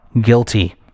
guilty